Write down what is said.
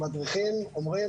המדריכים אומרים,